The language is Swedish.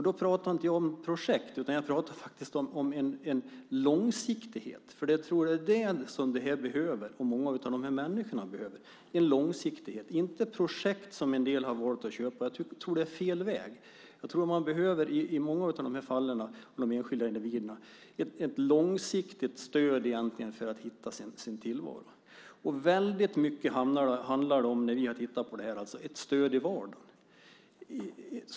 Då pratar jag inte om projekt, utan om långsiktighet. Jag tror att det är det som vi behöver och som många av de här människorna behöver. Det handlar om långsiktighet, och inte om projekt som en del har valt att köpa. Jag tror att det är fel väg. Jag tror att de enskilda individerna i många av de här fallen behöver ett långsiktigt stöd för att hitta sin tillvaro. När vi har tittat på detta har vi sett att det handlar väldigt mycket om ett stöd i vardagen.